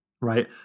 right